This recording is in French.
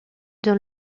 dans